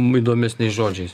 įdomesniais žodžiais